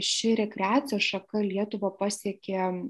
ši rekreacijos šaka lietuvą pasiekė